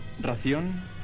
Ración